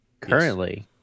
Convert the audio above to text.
currently